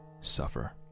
suffer